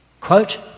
Quote